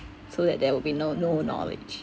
so that there would be no no knowledge